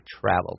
travel